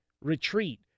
retreat